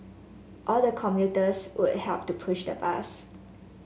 all the commuters would help to push the bus